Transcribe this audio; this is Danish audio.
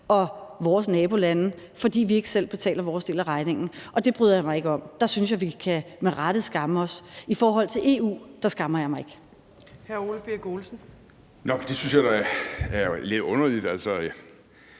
og vores nabolande, fordi vi ikke selv betaler vores del af regningen. Det bryder jeg mig ikke om. Der synes jeg at vi med rette kan skamme os. I forhold til EU skammer jeg mig ikke. Kl. 13:15 Tredje næstformand